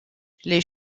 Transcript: les